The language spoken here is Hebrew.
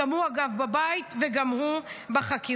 אגב, גם הוא בבית וגם הוא בחקירות,